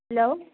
hello